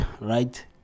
right